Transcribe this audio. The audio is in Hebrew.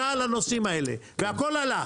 אבל אני בכל זאת רוצה להגיד משהו על זה.